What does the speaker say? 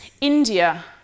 India